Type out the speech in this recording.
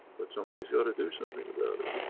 but somebody's got to do something about it.